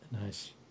nice